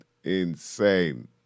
Insane